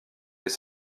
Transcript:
des